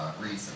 reason